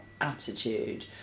attitude